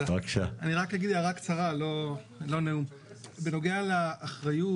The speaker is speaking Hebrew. אני רק אגיד הערה קצרה בנוגע לאחריות